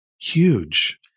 huge